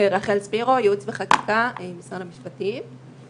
רחל ספירו, ייעוץ וחקיקה, משרד המשפטים.